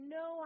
no